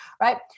right